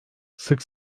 sık